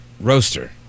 Roaster